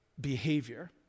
behavior